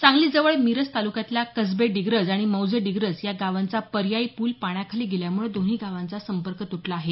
सांगली जवळ मिरज तालुक्यातल्या कसबे डिग्रज आणि मौजे डिग्रज या गावांचा पर्यायी पूल पाण्याखाली गेल्यामुळं दोन्ही गावाचा संपर्क तुटला आहे